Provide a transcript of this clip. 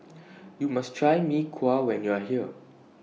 YOU must Try Mee Kuah when YOU Are here